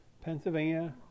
Pennsylvania